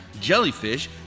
jellyfish